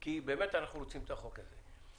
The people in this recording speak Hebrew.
כי אנחנו רוצים את החוק הזה.